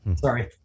Sorry